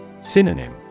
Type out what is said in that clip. Synonym